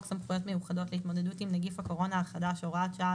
סמכויות מיוחדות להתמודדות עם נגיף הקורונה החדש (הוראת שעה),